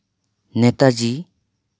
Netaji